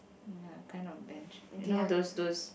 ya kind of bench you know those stools